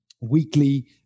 weekly